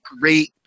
great